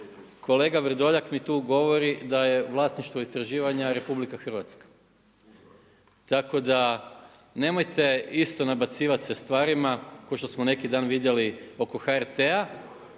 kolega Vrdoljak mi tu govori da je vlasništvo istraživanja RH. Tako da nemojte isto nabacivat se sa stvarima kao što smo neki dan vidjeli oko HRT-a